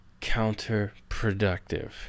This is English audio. counterproductive